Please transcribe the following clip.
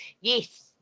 Yes